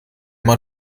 man